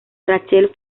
rachel